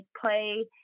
play